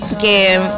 que